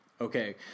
Okay